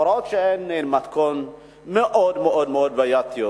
הוראות שעה הן מתכונת מאוד מאוד בעייתית.